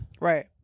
Right